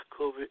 COVID